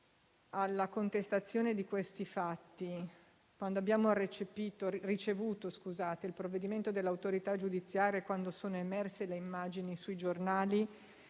alla contestazione di questi fatti, quando abbiamo ricevuto il provvedimento dell'autorità giudiziaria e quando sono emerse le immagini sui giornali,